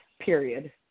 period